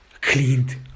cleaned